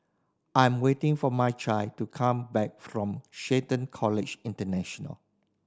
I am waiting for Mychal to come back from Shelton College International